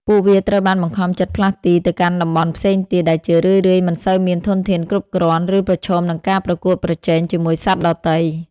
ពួកវាត្រូវបានបង្ខំចិត្តផ្លាស់ទីទៅកាន់តំបន់ផ្សេងទៀត ដែលជារឿយៗមិនសូវមានធនធានគ្រប់គ្រាន់ ឬប្រឈមនឹងការប្រកួតប្រជែងជាមួយសត្វដទៃ។